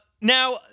Now